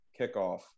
kickoff